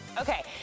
Okay